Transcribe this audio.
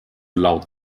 laut